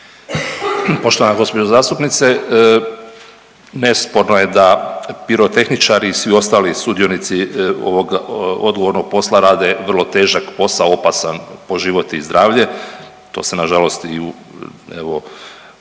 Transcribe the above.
Poštovana gđo. zastupnice, nesporno je da pirotehničari i svi ostali sudionici ovog odgovornog posla rade vrlo težak posao, opasan po život i zdravlje, to se nažalost i u